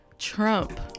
Trump